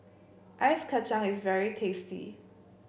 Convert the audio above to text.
Ice Kacang is very tasty